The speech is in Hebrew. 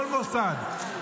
כל מוסד.